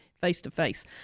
face-to-face